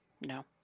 No